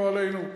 לא עלינו,